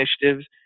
initiatives